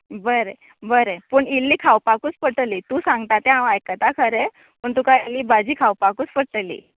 बरें बरें पूण इल्ली खावपाकूच पडटली तूं सांगता तें हांव आयकता खरें पूण तुका इल्ली भाजी खावपाकूच पडटली